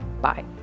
Bye